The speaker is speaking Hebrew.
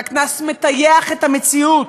והקנס מטייח את המציאות,